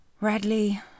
Radley